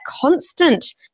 constant